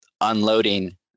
unloading